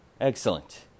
Excellent